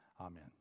Amen